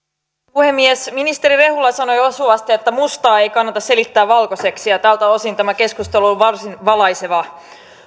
puhemies ministeri rehula sanoi osuvasti että mustaa ei kannata selittää valkoiseksi ja tältä osin tämä keskustelu on ollut varsin valaisevaa